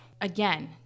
Again